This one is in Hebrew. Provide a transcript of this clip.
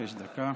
אבקש דקה.